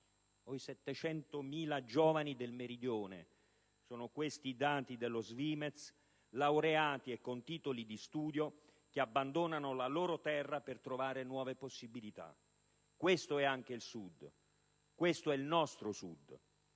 dei 700.000 giovani del Meridione - e questi sono dati dello SVIMEZ ‑ laureati o con altri titoli di studio che abbandonano la loro terra per trovare nuove possibilità. Questo è anche il Sud, il nostro Sud: